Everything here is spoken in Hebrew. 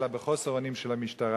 אלא "בחוסר אונים של המשטרה",